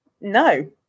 No